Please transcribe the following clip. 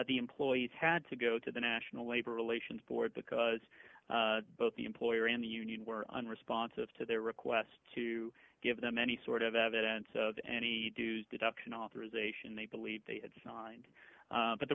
the employees had to go to the national labor relations board because both the employer and the union were unresponsive to their request to give them any sort of evidence of any dues deduction authorisation they believed they had signed but the